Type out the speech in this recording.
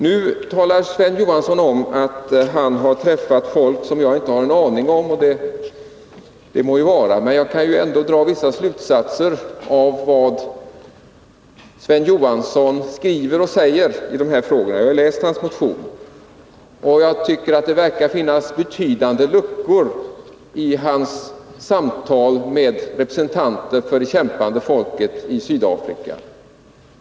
Nu talar Sven Johansson om att han har träffat personer som jag inte har en aning om. Det må vara, men jag kan dra vissa slutsatser av vad Sven Johansson skriver och säger i dessa frågor. Jag har läst Sven Johanssons motion. Det verkar finnas betydande luckor i hans samtal med representanter för det kämpande folket i Sydafrika.